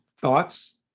thoughts